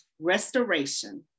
Restoration